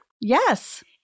Yes